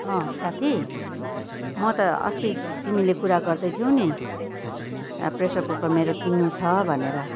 अँ साथी म त अस्ति तिमीले कुरा गर्दैथ्यौ नि प्रेसर कुकर मेरो किन्नु छ भनेर